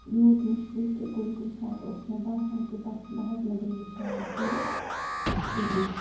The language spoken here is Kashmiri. یوٗت مُشکِل کہِ کُنۍ کُنۍ ساتہٕ اوس مےٚ باسان کہِ بَس وۄنۍ ہٮ۪کۍ نہٕ بہٕ یہِ شایَد کٔرِتھ کِہیٖنۍ